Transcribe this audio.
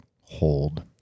hold